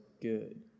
good